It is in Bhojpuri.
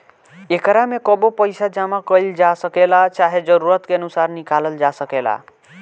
एकरा में कबो पइसा जामा कईल जा सकेला, चाहे जरूरत के अनुसार निकलाल जा सकेला